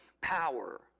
power